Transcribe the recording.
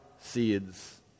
seeds